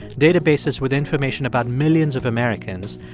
databases with information about millions of americans,